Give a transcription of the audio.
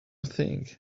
thing